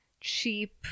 cheap